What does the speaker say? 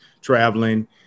traveling